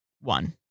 one